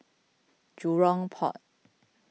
Jurong Port